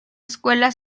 escuela